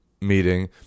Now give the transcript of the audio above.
meeting